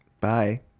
Bye